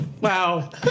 wow